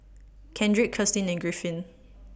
Kendrick Kirstin and Griffin